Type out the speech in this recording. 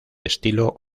estilo